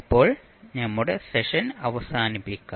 ഇപ്പോൾ നമ്മുടെ സെഷൻ അവസാനിപ്പിക്കാം